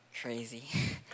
Crazy